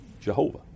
Jehovah